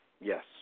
Yes